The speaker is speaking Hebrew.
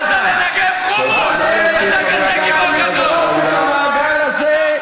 נא להוציא אותו מאולם המליאה.